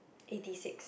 eighty six